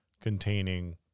containing